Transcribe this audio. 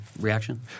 reaction